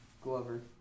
Glover